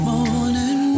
Morning